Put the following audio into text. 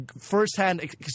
first-hand